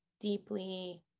deeply